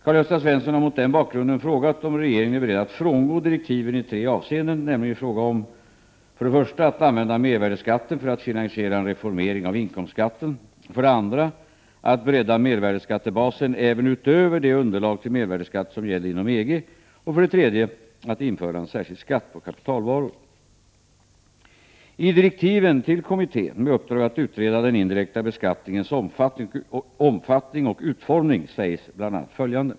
Karl-Gösta Svenson har mot denna bakgrund frågat om regeringen är beredd att frångå direktiven i tre avseenden, nämligen i fråga om 1. att använda mervärdeskatten för att finansiera en reformering av 2. att bredda mervärdeskattebasen även utöver det underlag till mervärde 3. att införa en särskild skatt på kapitalvaror. I direktiven till kommittén med uppdrag att utreda den indirekta beskattningens omfattning och utformning sägs bl.a. följande.